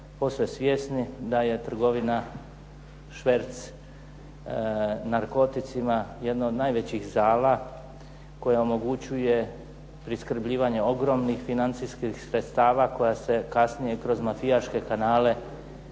posve svjesni da je trgovina, šverc narkoticima jedna od najvećih zala koja omogućuje priskrbljivanje ogromnih financijskih sredstava koja se kasnije kroz mafijaške kanale